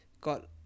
got